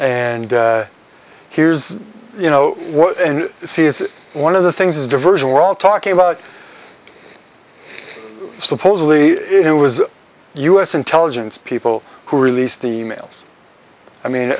and here's you know and see is one of the things is diversion we're all talking about supposedly it was u s intelligence people who released the mails i mean